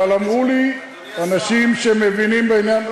אבל אמרו לי אנשים שמבינים בעניין,